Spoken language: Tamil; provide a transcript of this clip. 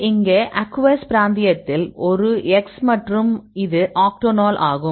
இங்கே இது அக்வஸ் பிராந்தியத்தில் ஒரு X மற்றும் இது ஆக்டானோல் ஆகும்